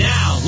Now